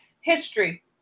history